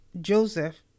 Joseph